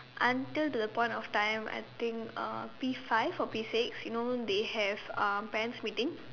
until the point of time I think uh P five or P six you know they have um parents meeting